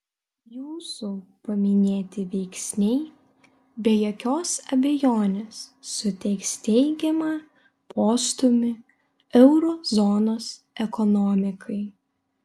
jūsų paminėti veiksniai be jokios abejonės suteiks teigiamą postūmį euro zonos ekonomikai